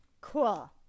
cool